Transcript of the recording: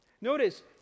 Notice